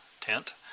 tent